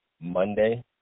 Monday